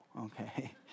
Okay